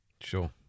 Sure